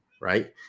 Right